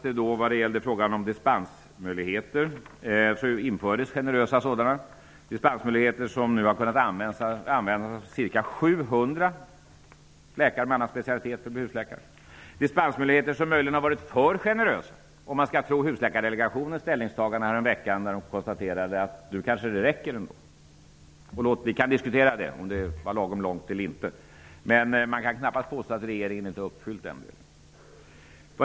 Det har införts generösa dispensmöjligheter som har kunnat användas av ca 700 läkare som har en annan specialitet. Dispensmöjligheterna har möjligen varit för generösa, om man skall tro Husläkardelegationens ställningstagande häromveckan. Man konstaterade att det kanske räcker nu. Vi kan diskutera om det var lagom eller inte, men man kan knappast påstå att regeringen inte har uppfyllt den delen.